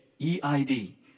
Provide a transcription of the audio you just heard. E-I-D